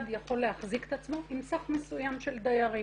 יכול להחזיק את עצמו עם סף מסוים של דיירים.